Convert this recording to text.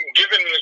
given